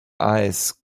eyes